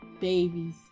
babies